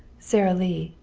sara lee,